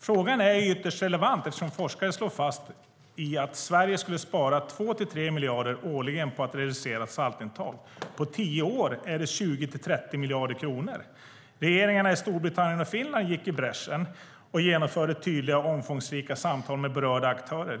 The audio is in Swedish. Frågan är ytterst relevant eftersom forskare slår fast att Sverige skulle spara 2-3 miljarder årligen på att reducera saltintaget hos befolkningen. På tio år är det 20-30 miljarder kronor. Regeringarna i Storbritannien och i Finland gick i bräschen och genomförde tydliga och omfångsrika samtal med berörda aktörer.